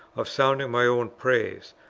of sounding my own praise,